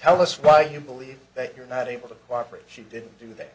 tell us why you believe that you're not able to cooperate she did do that